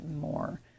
more